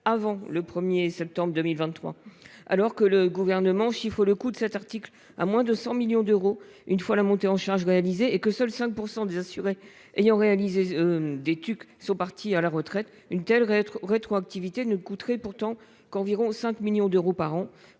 avant le 1 septembre 2023. Alors que le Gouvernement chiffre le coût de cet article à moins de 100 millions d'euros une fois la montée en charge réalisée, et que seuls 5 % des assurés ayant effectué des TUC sont partis à la retraite, une telle rétroactivité ne coûterait pourtant qu'environ 5 millions d'euros par an.